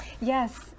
yes